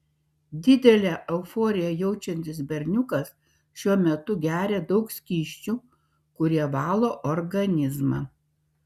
didelę euforiją jaučiantis berniukas šiuo metu geria daug skysčių kurie valo organizmą